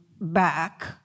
back